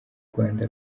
rwanda